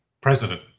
president